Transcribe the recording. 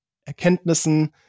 Erkenntnissen